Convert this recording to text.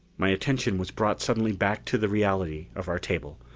my attention was brought suddenly back to the reality of our table.